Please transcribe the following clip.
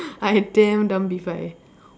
I damn dumb P five